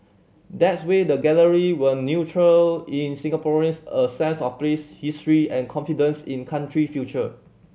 that's way the gallery will nurture in Singaporeans a sense of place history and confidence in country future